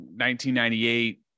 1998